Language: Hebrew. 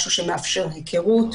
משהו שמאפשר היכרות.